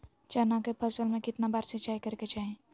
चना के फसल में कितना बार सिंचाई करें के चाहि?